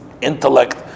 intellect